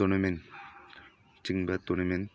tournament ꯆꯤꯡꯕ tournament